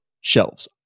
shelves